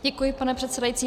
Děkuji, pane předsedající.